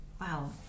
wow